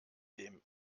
dem